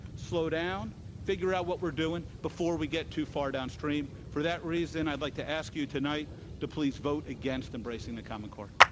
slow down, figure out what we're doing before we get too far downstream. for that reason, i'd like to ask you tonight to please vote against embracing the common core.